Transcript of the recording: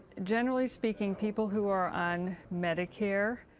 generally speaking, people who are on medicare